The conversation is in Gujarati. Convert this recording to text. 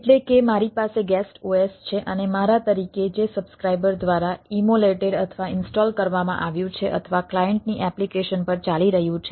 એટલે કે મારી પાસે ગેસ્ટ OS છે અને મારા તરીકે જે સબ્સ્ક્રાઈબર દ્વારા ઈમોલેટેડ કરવામાં આવ્યું છે અથવા ક્લાયન્ટની એપ્લિકેશન પર ચાલી રહ્યું છે